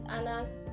Anna's